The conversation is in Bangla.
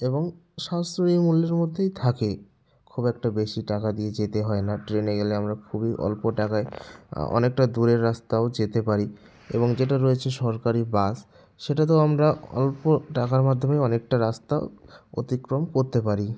এবং সাশ্রয়ী মূল্যের মধ্যেই থাকে খুব একটা বেশি টাকা দিয়ে যেতে হয় না ট্রেনে গেলে আমরা খুবই অল্প টাকায় অনেকটা দূরের রাস্তাও যেতে পারি এবং যেটা রয়েছে সরকারি বাস সেটাতেও আমরা অল্প টাকার মাধ্যমে অনেকটা রাস্তা অতিক্রম করতে পারি